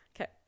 okay